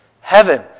Heaven